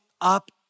up